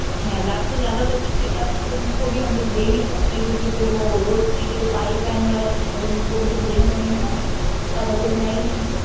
छः लाख से ज़्यादा तो बजट अब तुम को भी हम लोग दे नहीं सकते क्योंकि फिर वो रोड बनेगी तो पाइप लाइन वाला और उन को भी तो देने पड़ेंगे ना इतना बजट है ही नहीं